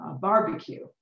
barbecue